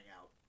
out